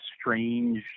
strange